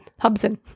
Hubson